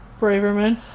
Braverman